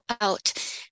out